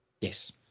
Yes